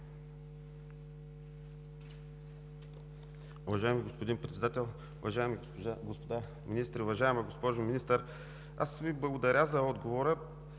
Уважаеми господин Председател, уважаеми господа министри! Уважаема госпожо Министър, аз Ви благодаря за отговора.